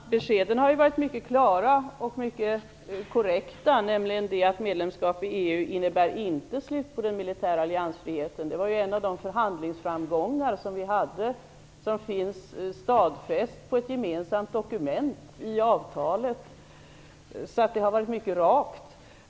Fru talman! Beskeden har varit mycket klara och mycket korrekta. Ett medlemskap i EU innebär inte ett slut på den militära alliansfriheten. Det var ju en av de förhandlingsframgångar som vi hade. Det finns stadfäst på ett gemensamt dokument i avtalet. Beskedet har varit mycket rakt.